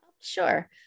Sure